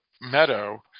Meadow